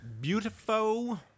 Beautiful